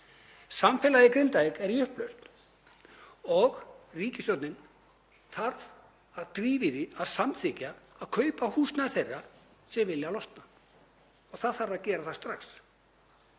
Samfélagið í Grindavík er í upplausn og ríkisstjórnin þarf að drífa í því að samþykkja að kaupa húsnæði þeirra sem vilja losna og það þarf að gera það strax